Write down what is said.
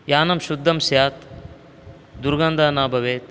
यानं शुद्धं स्यात् दुर्गन्धः न भवेत्